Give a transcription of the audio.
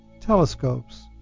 telescopes